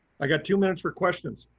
i got two minutes for questions.